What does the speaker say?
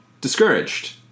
discouraged